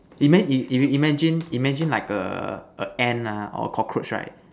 ima~ if you imagine imagine like a Ant ah or a cockroach right